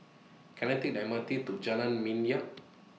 Can I Take The M R T to Jalan Minyak